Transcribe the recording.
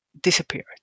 disappeared